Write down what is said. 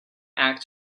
act